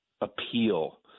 appeal